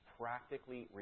practically